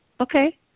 Okay